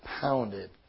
pounded